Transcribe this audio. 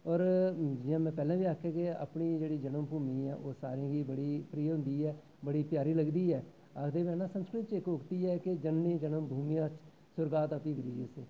और जियां में पैह्लें बी आक्खेआ कि अपनी जेह्ड़ी जनम भू ऐ ओह् सारें गी बड़ी प्यारी होंदी ऐ बड़ी प्यारी लगदी ऐ आखदे बी हैन ना संस्कृत च इक्क लोकोक्ति ऐ कि जननी जन्मभूमिच्श्र स्वर्गादपि गरीयसी